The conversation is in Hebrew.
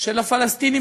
של הפלסטינים,